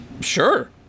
Sure